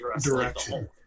direction